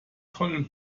tollen